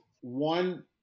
one